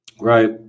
Right